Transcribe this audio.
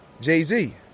Jay-Z